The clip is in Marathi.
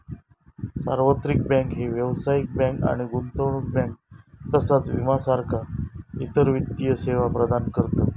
सार्वत्रिक बँक ही व्यावसायिक बँक आणि गुंतवणूक बँक तसाच विमा सारखा इतर वित्तीय सेवा प्रदान करतत